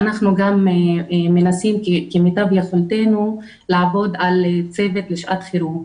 אנחנו גם מנסים כמיטב יכולתנו לעבוד על צוות לשעת חירום,